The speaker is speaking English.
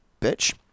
bitch